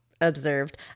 observed